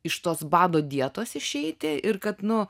iš tos bado dietos išeiti ir kad nu